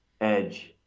edge